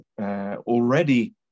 already